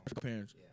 parents